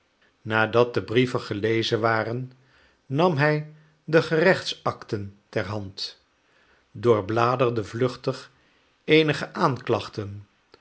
nadat de brieven gelezen waren nam hij de gerechtsacten ter hand doorbladerde vluchtig eenige aanklachten